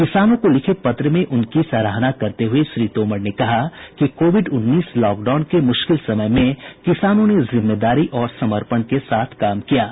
किसानों को लिखे पत्र में उनकी सराहना करते हुए श्री तोमर ने कहा कि कोविड उन्नीस लॉकडाउन के मुश्किल समय में किसानों ने जिम्मेदारी और समर्पण के साथ काम किया है